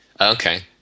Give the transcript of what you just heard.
Okay